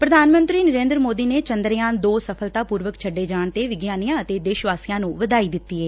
ਪ੍ਰਧਾਨ ਮੰਤਰੀ ਨਰੇਦਰ ਮੋਦੀ ਨੇ ਚੰਦਰਯਾਨ ਦੋ ਸਫਲਤਾਪੁਰਵਕ ਛੱਡੇ ਜਾਣ ਤੇ ਵਿਗਿਆਨੀਆਂ ਅਤੇ ਦੇਸ਼ ਵਾਸੀਆਂ ਨੂੰ ਵਧਾਈ ਦਿੱਤੀ ਏ